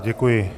Děkuji.